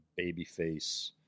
babyface